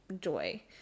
joy